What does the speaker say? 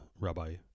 Rabbi